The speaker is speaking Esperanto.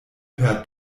per